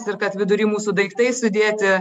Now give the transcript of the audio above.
ir kad vidury mūsų daiktai sudėti